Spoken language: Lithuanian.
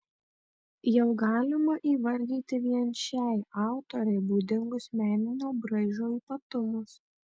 jau galima įvardyti vien šiai autorei būdingus meninio braižo ypatumus